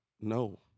no